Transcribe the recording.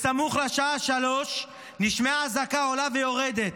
בסמוך לשעה 03:00 נשמעה אזעקה עולה ויורדת,